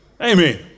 Amen